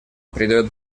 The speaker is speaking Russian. придает